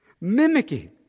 Mimicking